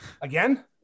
Again